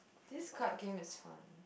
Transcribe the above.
this card game is fun